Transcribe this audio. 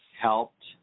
helped